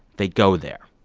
they go there.